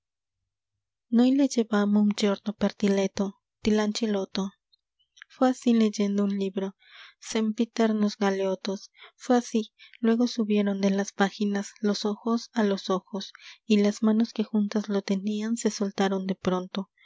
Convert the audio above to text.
diletto a d i lancilolto fué así leyendo un libro sempiternos galeofos fué así luego subieron de las páginas los ojos a los ojos y las manos que juntas lo tenían se soltaron de pronto